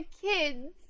kids